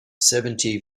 seventy